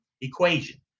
equation